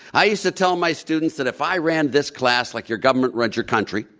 i used to tell my students that if i ran this class like your government runs your country,